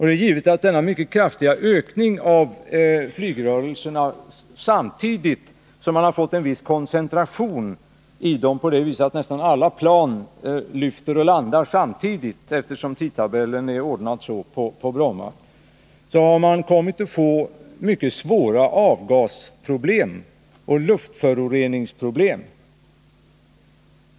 Det är givet att i och med den mycket kraftiga ökningen av antalet flygrörelser samtidigt med viss koncentration av dem, på det sättet att nästan alla plan lyfter och landar samtidigt eftersom tidtabellen är ordnad så på Bromma, har man kommit att få mycket svåra avgasoch luftföroreningsproblem.